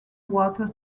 water